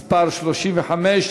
מס' 35,